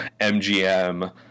MGM